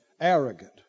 arrogant